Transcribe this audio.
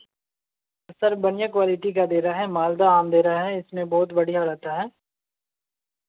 sir बढ़िया quality का दे रहे हैं मालदा आम दे रहे हैं इसमें बहुत बढ़िया रहता है